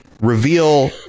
reveal